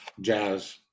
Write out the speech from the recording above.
jazz